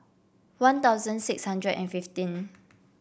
One Thousand six hundred and fifteen